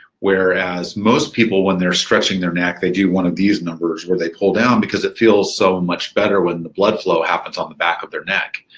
whereas most people, when they're stretching their neck, they do one of these numbers, where they pull down because it feels so much better when the blood flow happens on the back of their neck.